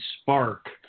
spark